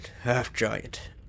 half-giant